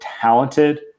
talented